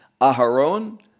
Aharon